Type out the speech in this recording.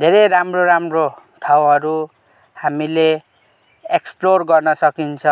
धेरै राम्रो राम्रो ठाउँहरू हामीले एक्सप्लोर गर्न सकिन्छ